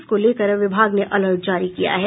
इसको लेकर विभाग ने अलर्ट जारी किया है